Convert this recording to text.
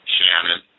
Shannon